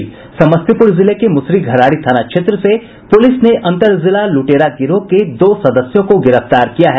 समस्तीपुर जिले के मुसरीघरारी थाना क्षेत्र से पुलिस ने अंतर जिला लुटेरा गिरोह के दो सदस्यों को गिरफ्तार किया है